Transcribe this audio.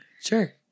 Sure